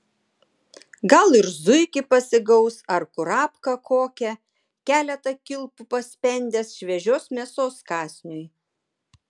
gal ir zuikį pasigaus ar kurapką kokią keletą kilpų paspendęs šviežios mėsos kąsniui